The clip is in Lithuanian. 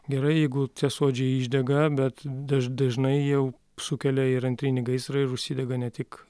gerai jeigu tie suodžiai išdega bet daž dažnai jie sukelia ir antrinį gaisrą ir užsidega ne tik